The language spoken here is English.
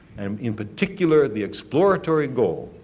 and in particular, the exploratory goal,